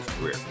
career